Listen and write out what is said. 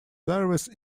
service